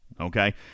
Okay